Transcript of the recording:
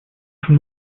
from